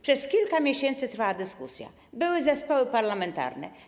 Przez kilka miesięcy trwała dyskusja, były zespoły parlamentarne.